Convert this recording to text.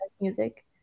music